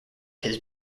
his